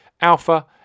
Alpha